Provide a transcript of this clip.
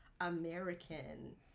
American